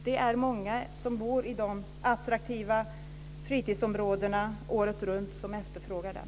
Det är många som bor i de attraktiva fritidsområdena året runt som efterfrågar den.